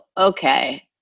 okay